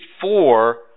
four